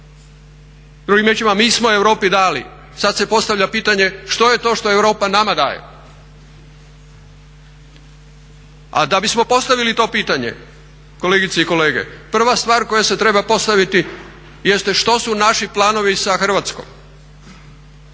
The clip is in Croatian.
Drugim riječima mi smo Europi dali, sada se postavlja pitanje što je to što Europa nama daje. A da bismo postavili to pitanje, kolegice i kolege, prva stvar koja se treba postaviti jeste što su naši planovi sa Hrvatskom